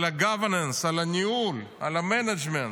על ה-governance, על הניהול, על ה-management.